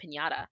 pinata